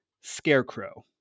scarecrow